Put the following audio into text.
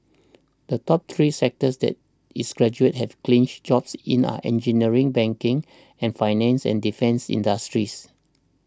the top three sectors that its graduates have clinched jobs in are engineering banking and finance and defence industries